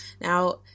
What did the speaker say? now